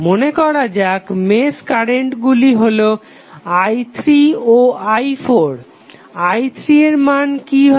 মনে করা যাক মেশ কারেন্টগুলি হলো i3 ও i4 i3 এর মান কি হবে